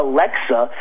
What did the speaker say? Alexa